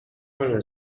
امنه